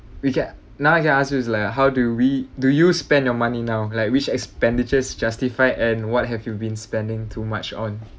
we can~ now I can ask you is like how do we do you spend your money now like which expenditures justified and what have you been spending too much on